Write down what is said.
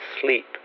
sleep